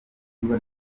igurwa